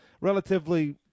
relatively